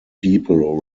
people